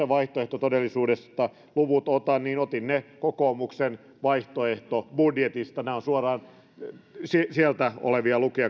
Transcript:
vaihtoehtotodellisuudesta luvut otan otin ne kokoomuksen vaihtoehtobudjetista nämä ovat suoraan sieltä olevia lukuja